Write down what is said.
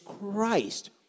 christ